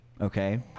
okay